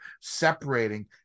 separating